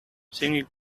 singing